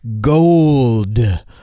gold